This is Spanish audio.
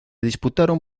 disputaron